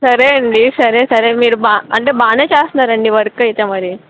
సరే అండి సరే సరే మీరు బాగా అంటే బాగానే చేస్తున్నారండి వర్క్ అయితే మరి